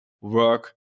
work